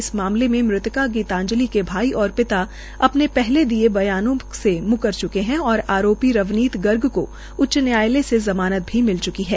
इस मामले में मृतका गीताजंलि के भाई और पिता अपने पहले दिए गये बयानों से म्कर च्के है और अरोपी रवनीत गर्ग केा उचच न्यायालय से जमानत भी मिल च्की है